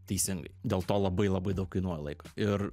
teisingai dėl to labai labai daug kainuoja laiko ir